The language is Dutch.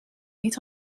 niet